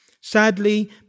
Sadly